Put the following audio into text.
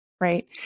right